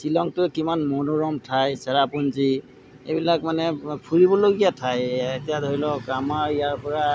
শ্বিলংটো কিমান মনোৰম ঠাই চেৰাপুঞ্জী এইবিলাক মানে ফুৰিবলগীয়া ঠাই এতিয়া ধৰি লওক আমাৰ ইয়াৰ পৰা